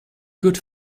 good